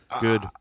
Good